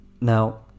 Now